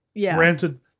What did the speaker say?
Granted